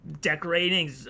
decorating